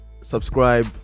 subscribe